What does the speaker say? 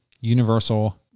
universal